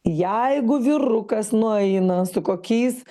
jeigu vyrukas nueina su kokiais